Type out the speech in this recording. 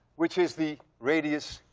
which is the radius